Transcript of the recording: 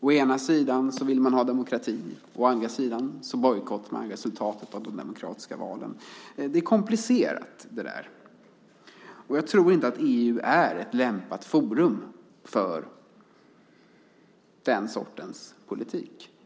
Å ena sidan vill man ha demokrati, och å andra sidan bojkottar man resultatet av demokratiska val. Det där är komplicerat, och jag tror inte att EU är ett lämpligt forum för den sortens politik.